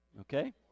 okay